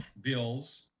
bills –